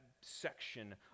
section